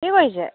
কি কৰিছে